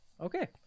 Okay